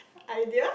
idea